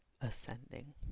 ascending